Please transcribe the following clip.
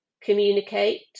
communicate